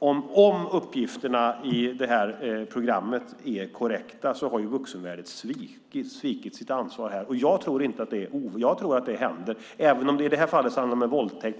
Om uppgifterna i det här programmet är korrekta har vuxenvärlden svikit sitt ansvar. Jag tror att det händer. I det här fallet handlar det om en våldtäkt.